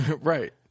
Right